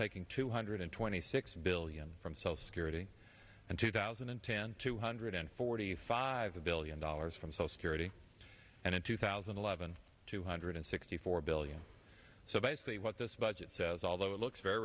taking two hundred twenty six billion from social security and two thousand and ten two hundred forty five billion dollars from so security and in two thousand and eleven two hundred sixty four billion so basically what this budget says although it looks very